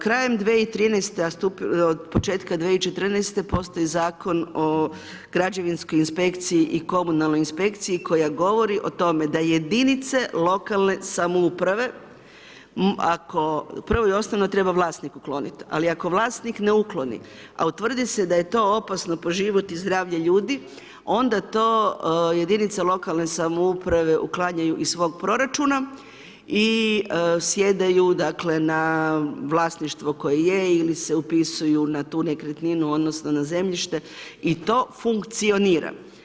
Krajem 2013. a stupio je od početka 2014., postoji Zakon o građevinskoj inspekciji i komunalnoj inspekciji koja govori o tome da jedinice lokalne samouprave, ako prvo i osnovno treba vlasnik ukloniti, ali ako vlasnik ne ukloni, a utvrdi se da je to opasno po život i zdravlje ljudi, onda to jedinice lokalne samouprave uklanjaju iz svog proračuna i sjedaju na vlasništvo koje je ili se upisuju na tu nekretninu odnosno na zemljište i to funkcionira.